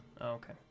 okay